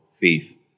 faith